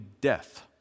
death